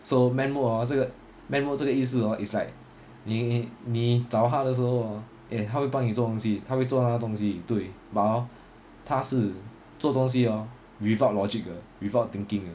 so man mode hor 这个 man mode 这个意思 hor it's like 你你找他的时候 hor 他会帮你做东西他会做他的东西对 but hor 他是做东西 hor without logic 的 without thinking